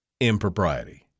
impropriety